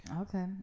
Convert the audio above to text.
Okay